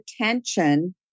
attention